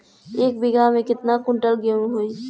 एक बीगहा में केतना कुंटल गेहूं होई?